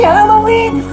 Halloween